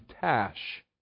Tash